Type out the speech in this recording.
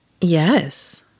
Yes